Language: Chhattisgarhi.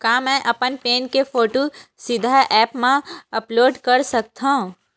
का मैं अपन पैन के फोटू सीधा ऐप मा अपलोड कर सकथव?